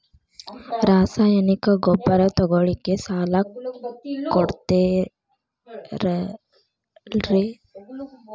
ರಾಸಾಯನಿಕ ಗೊಬ್ಬರ ತಗೊಳ್ಳಿಕ್ಕೆ ಸಾಲ ಕೊಡ್ತೇರಲ್ರೇ?